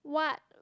what